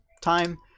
time